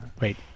wait